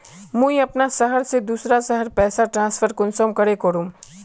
मुई अपना शहर से दूसरा शहर पैसा ट्रांसफर कुंसम करे करूम?